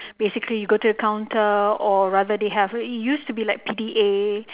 basically you go to the counter or rather they have it used to be like P_D_A